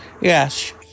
Yes